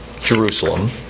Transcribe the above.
Jerusalem